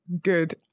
good